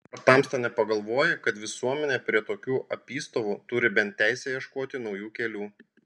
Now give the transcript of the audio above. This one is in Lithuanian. ar tamsta nepagalvoji kad visuomenė prie tokių apystovų turi bent teisę ieškoti naujų kelių